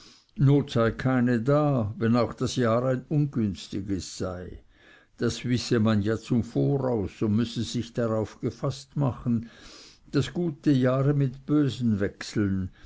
sei keine da wenn auch das jahr ein ungünstiges sei das wisse man ja zum voraus und müsse sich darauf gefaßt machen daß gute jahre mit bösen wechseln